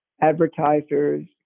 Advertisers